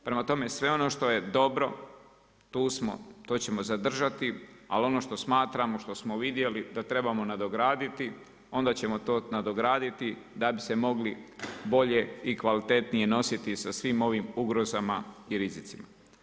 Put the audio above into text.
Prema tome, sve ono što je dobro, tu smo, to ćemo zadržati, ali ono što smatramo, što smo vidjeli da trebao nadograditi, onda ćemo to nadograditi da bi se mogli bolje i kvalitetnije nositi sa svim ovim ugrozama i rizicima.